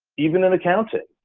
even in accounting,